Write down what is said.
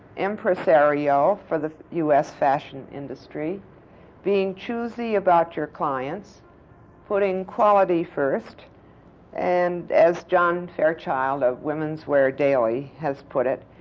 impresario for the u s. fashion industry being choosy about your clients putting quality first and, as john fairchild of women's wear daily has put it,